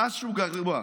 משהו גרוע,